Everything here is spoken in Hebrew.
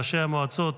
ראשי המועצות,